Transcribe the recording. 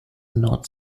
not